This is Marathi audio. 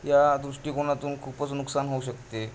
या दृष्टिकोनातून खूपच नुकसान होऊ शकते